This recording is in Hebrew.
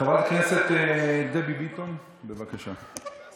חברת הכנסת דבי ביטון, בבקשה.